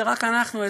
זה רק אנחנו האזרחים,